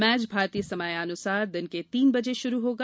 match भारतीय समयानुसार दिन के तीन बजे शुरू होगा